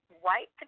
White